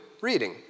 reading